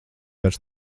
vairs